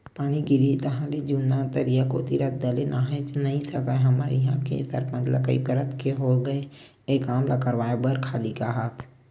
पानी गिरिस ताहले जुन्ना तरिया कोती रद्दा ले नाहके नइ सकस हमर इहां के सरपंच ल कई परत के होगे ए काम ल करवाय बर खाली काहत